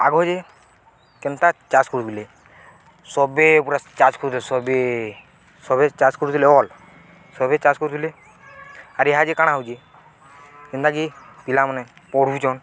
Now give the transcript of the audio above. ଆଗ ଯେ କେନ୍ତା ଚାଷ କରୁଥିଲେେ ସବେ ପୁରା ଚାଷ କରୁଥିଲେ ସବେ ସବେ ଚାଷ କରୁଥିଲେ ଅଲ୍ ସବେ ଚାଷ କରୁଥିଲେ ଆର୍ ଏହା ଯେେ କାଣା ହଉଛେ ଯେନ୍ତାକି ପିଲାମାନେ ପଢ଼ୁଛନ୍